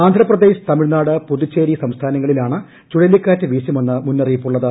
ആന്ധ്രാപ്രദേശ് തമിഴ്നാട് പുതുച്ചേരി സംസ്ഥാനങ്ങളിലാണ് ചുഴലിക്കാറ്റ് വീശുമെന്ന് മുന്നറിയിപ്പുള്ളത്